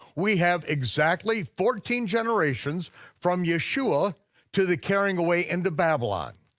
we have exactly fourteen generations from yeshua to the carrying away into babylon.